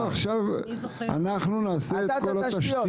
מיכאל, אנחנו נעשה את כל התשתיות.